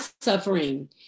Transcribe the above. suffering